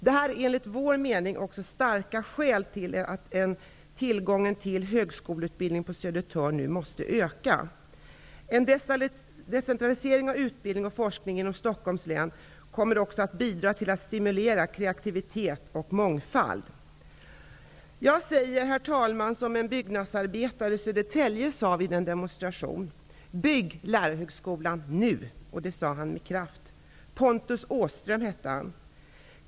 Det är, enligt vår mening, starka skäl för att tillgången till högskoleutbildning på Södertörn nu måste öka. En decentralisering av utbildning och forskning inom Stockholms län kommer också att bidra till att stimulera kreativitet och mångfald. Jag säger som en byggnadsarbetare i Södertälje sade vid en demonstration: ''Bygg Lärarhögskolan nu!'' Han sade det med kraft. Han hette Pontus Åström.